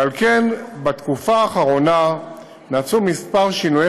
ועל כן נעשו בתקופה האחרונה כמה שינויי